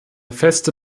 feste